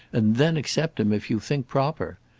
and then accept him if you think proper.